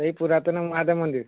ସେଇ ପୁରାତନ ମହାଦେବ ମନ୍ଦିର